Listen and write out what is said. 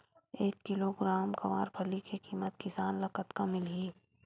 एक किलोग्राम गवारफली के किमत किसान ल कतका मिलही?